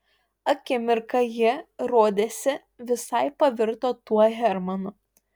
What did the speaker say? akimirką ji rodėsi visai pavirto tuo hermanu